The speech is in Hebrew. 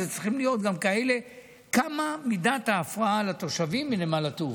צריכים להיות גם מה מידת ההפרעה לתושבים מנמל התעופה.